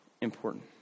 important